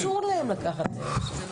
אסור להם לקחת היום.